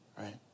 right